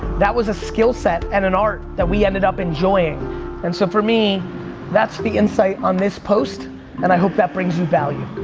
that was a skill set and an art that we ended up enjoying and so for me that's the insight on this post and i hope that brings you value.